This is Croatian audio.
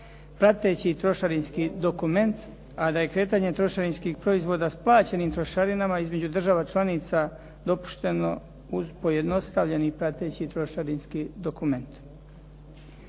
prateći trošarinski dokument, a da je kretanje trošarinskih proizvoda s plaćenim trošarinama između država članica dopušteno uz pojednostavljeni prateći trošarinski dokument.